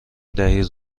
دهید